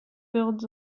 builds